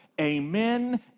Amen